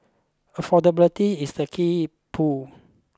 affordability is the key pull